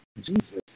Jesus